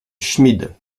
schmid